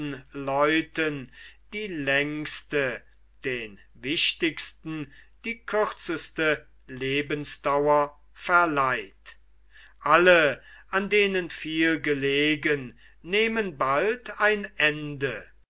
leuten die längste den wichtigsten die kürzeste lebensdauer verleiht alle an denen viel gelegen nehmen bald ein ende